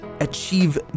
achieve